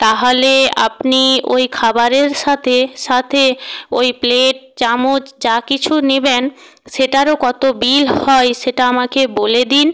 তাহলে আপনি ওই খাবারের সাথে সাথে ওই প্লেট চামচ যা কিছু নেবেন সেটারও কত বিল হয় সেটা আমাকে বলে দিন